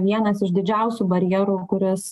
vienas iš didžiausių barjerų kuris